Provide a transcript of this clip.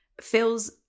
Feels